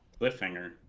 cliffhanger